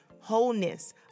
wholeness